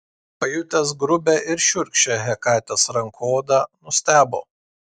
pajutęs grubią ir šiurkščią hekatės rankų odą nustebo